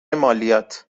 مالیات